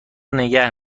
نگه